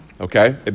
Okay